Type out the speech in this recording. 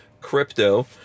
Crypto